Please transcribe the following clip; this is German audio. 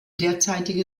derzeitige